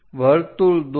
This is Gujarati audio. વર્તુળ દોરો